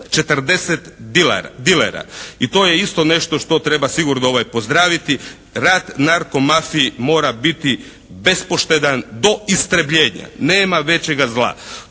40 dilera. I to je isto nešto što treba sigurno pozdraviti. Rad narko mafije mora biti bezpoštedan do istrebljenja. Nema većega zla.